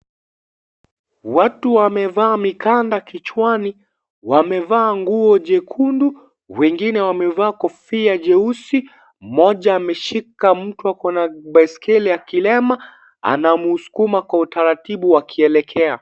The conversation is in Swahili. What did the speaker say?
Watu wamevaa mikanda kichwani wamevaa nguo jekundu wengine wamevaa kofia jeusi mmoja ameshika mtu ako na baiskeli akilema anamsukuma kwa utaratibu wakielekea.